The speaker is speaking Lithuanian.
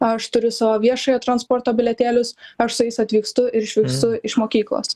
aš turiu savo viešojo transporto bilietėlius aš su jais atvykstu išvykstu iš mokyklos